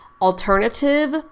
alternative